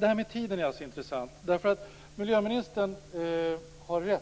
Det här med tiden är intressant. Miljöministern har rätt på en punkt.